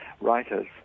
writers